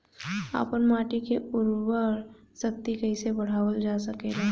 आपन माटी क उर्वरा शक्ति कइसे बढ़ावल जा सकेला?